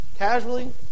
casually